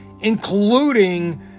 including